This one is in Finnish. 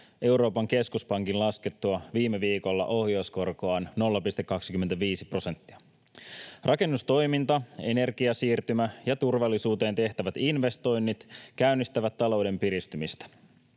Euroopan keskuspankin laskettua viime viikolla ohjauskorkoaan 0,25 prosenttia. Rakennustoiminta, energiasiirtymä ja turvallisuuteen tehtävät investoinnit käynnistävät talouden piristymistä.